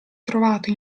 trovato